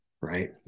Right